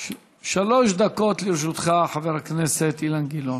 שלוש דקות לרשותך, חבר הכנסת אילן גילאון.